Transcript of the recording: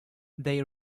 they